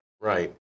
Right